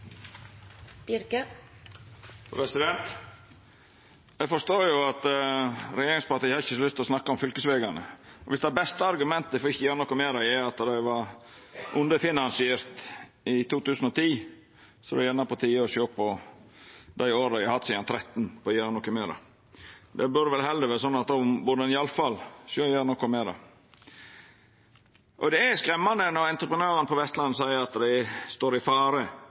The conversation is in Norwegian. Eg forstår at regjeringspartia ikkje har så lyst til å snakka om fylkesvegane. Viss det beste argumentet for ikkje å gjera noko med dei, er at dei var underfinansierte i 2010, er det kanskje på tide å sjå på dei åra dei har hatt sidan 2013 til å gjera noko med det. Då burde ein vel heller sjå og gjera noko med det. Det er skremmande når entreprenørane på Vestlandet seier at dei står i fare